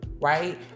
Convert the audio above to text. right